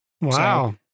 Wow